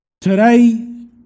Today